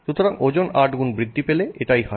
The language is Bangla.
সুতরাং ওজন 8 গুণ বৃদ্ধি পেলে এটাই হয়